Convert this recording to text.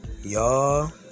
Y'all